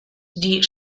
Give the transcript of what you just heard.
die